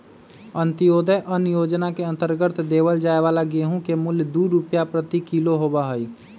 अंत्योदय अन्न योजना के अंतर्गत देवल जाये वाला गेहूं के मूल्य दु रुपीया प्रति किलो होबा हई